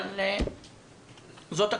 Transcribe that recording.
אבל זאת הקואליציה,